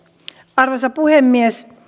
arvoisa puhemies